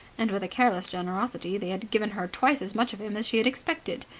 and with a careless generosity they had given her twice as much of him as she had expected.